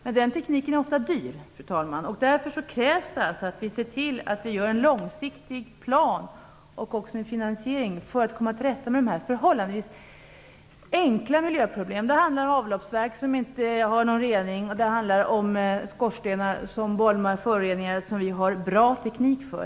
Men den tekniken är ofta dyr, fru talman, därför krävs det att vi ser till att göra en långsiktig plan och även en finansiering för att komma till rätta med dessa förhållandevis enkla miljöproblem. Det handlar om avloppsverk som inte har någon rening. Det handlar om skorstenar som bolmar föroreningar som vi har en bra teknik för.